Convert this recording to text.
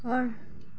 ঘৰ